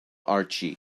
archie